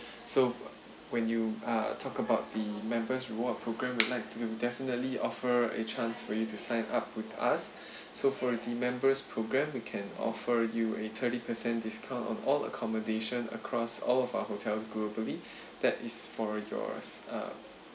so when you err talk about the members reward programme we'd like to definitely offer a chance for you to sign up with us so for the members programme we can offer you a thirty percent discount on all accommodation across all of our hotels globally that is for yours uh